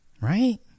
right